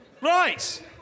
Right